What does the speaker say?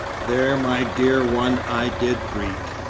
there my dear one i did greet.